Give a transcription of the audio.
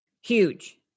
Huge